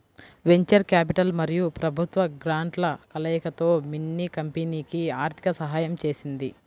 venture capital మరియు ప్రభుత్వ గ్రాంట్ల కలయికతో మిన్నీ కంపెనీకి ఆర్థిక సహాయం చేసింది